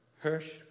Hirsch